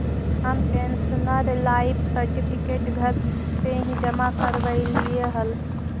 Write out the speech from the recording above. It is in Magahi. हम पेंशनर लाइफ सर्टिफिकेट घर से ही जमा करवइलिअइ हल